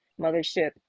mothership